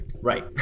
Right